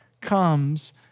comes